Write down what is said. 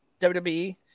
WWE